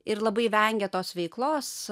ir labai vengia tos veiklos